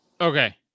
Okay